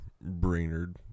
Brainerd